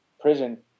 prison